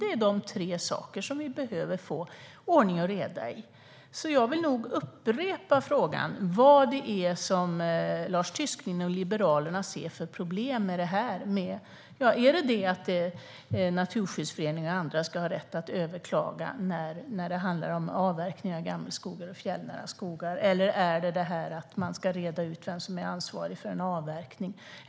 Det är dessa tre saker vi behöver få ordning och reda i. Jag vill därför fråga: Vad ser Lars Tysklind och Liberalerna för problem med detta? Är det att Naturskyddsföreningen och andra ska ha rätt att överklaga avverkning av gammelskogar och fjällnära skogar? Eller är det att man ska reda ut vem som är ansvarig för en avverkning?